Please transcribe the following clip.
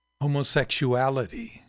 homosexuality